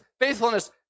faithfulness